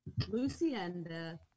Lucienda